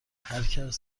هرکس